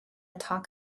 talk